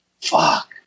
fuck